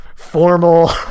Formal